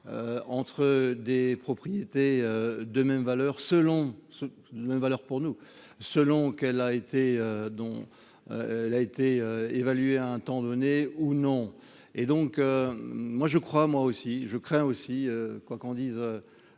entre des propriétés de même valeur selon ce même valeur pour nous, selon qu'elle a été dont elle a été un temps donné, ou non, et donc moi je crois moi aussi je crains aussi, quoi qu'on dise